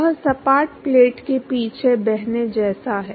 वह सपाट प्लेट के पीछे बहने जैसा है